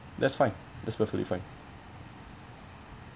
that's fine that's perfectly fine